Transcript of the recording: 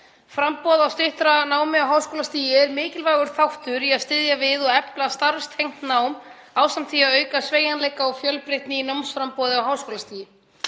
Framboð á styttra námi á háskólastigi er mikilvægur þáttur í að styðja við og efla starfstengt nám ásamt því að auka sveigjanleika og fjölbreytni í námsframboði á háskólastigi.